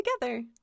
together